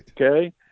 okay